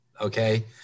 okay